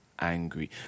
angry